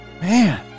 Man